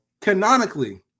canonically